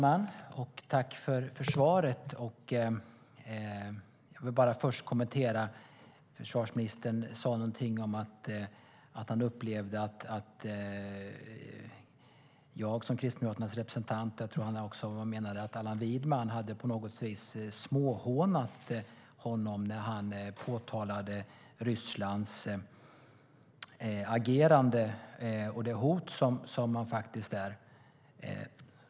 Herr talman! Jag tackar för svaret. Försvarsministern sade något om att han upplevde att jag som Kristdemokraternas representant och kanske också Allan Widman hade småhånat honom när han påtalade Rysslands agerande och det hot som det är.